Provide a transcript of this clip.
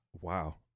Wow